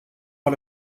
par